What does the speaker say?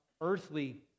earthly